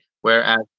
Whereas